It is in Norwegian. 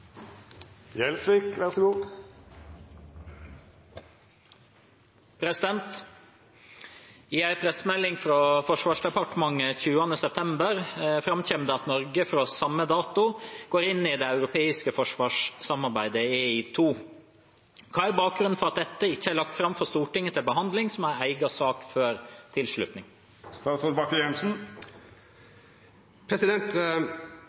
Forsvarsdepartementet 20. september fremkommer det at Norge fra samme dato går inn i det europeiske forsvarssamarbeidet EI2. Hva er bakgrunnen for at dette ikke er lagt frem for Stortinget til behandling som en egen sak før